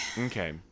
Okay